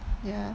ya